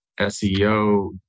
SEO